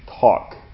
talk